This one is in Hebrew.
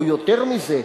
או יותר מזה,